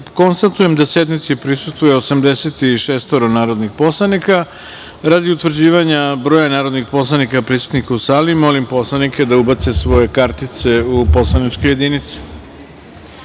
konstatujem da sednici prisustvuje 86 prijavljenih poslanika. Radi utvrđivanja tačnog broja narodnih poslanika prisutnih u sali, molim poslanike da ubace svoje kartice u poslaničke jedinice.